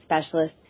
specialist